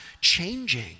changing